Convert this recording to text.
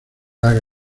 haga